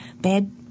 Bad